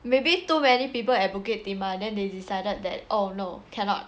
maybe too many people at bukit timah then they decided that oh no cannot